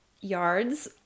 yards